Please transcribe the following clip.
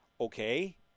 okay